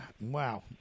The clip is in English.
Wow